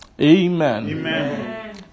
Amen